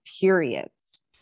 periods